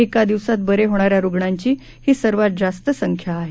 एका दिवसात बरे होणाऱ्या रूग्णांची ही सर्वात जास्त संख्या आहे